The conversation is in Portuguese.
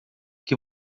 que